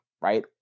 right